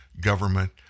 government